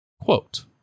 quote